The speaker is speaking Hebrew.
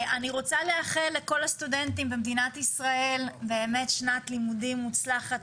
אני רוצה לאחל לכל הסטודנטים במדינת ישראל באמת שנת לימודים מוצלחת,